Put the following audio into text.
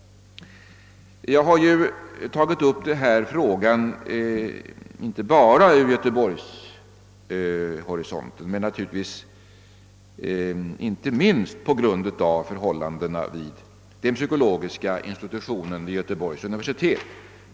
Jag har ju tagit upp denna fråga inte bara från Göteborgs horisont sett men naturligtvis inte minst på grund av förhållandena vid den psykologiska institutionen vid Göteborgs universitet.